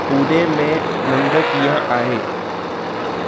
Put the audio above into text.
पुणे में मुंदि कीअं आहे